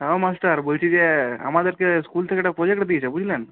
হ্যাঁ মাস্টার বলছি যে আমাদেরকে স্কুল থেকে একটা প্রোজেক্ট দিয়েছে বুঝলেন